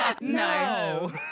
No